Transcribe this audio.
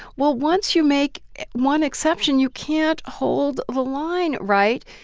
well, once you make one exception, you can't hold the line, right?